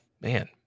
Man